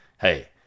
hey